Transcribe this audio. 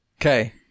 Okay